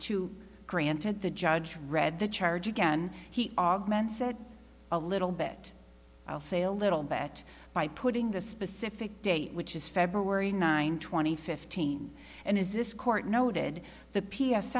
to granted the judge read the charge again he augments said a little bit i'll say a little bit by putting the specific date which is february nine twenty fifteen and is this court noted the p